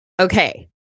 Okay